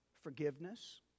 forgiveness